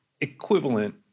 equivalent